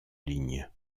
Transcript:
ligne